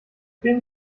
wem